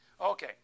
Okay